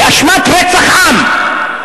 באשמת רצח עם.